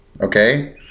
okay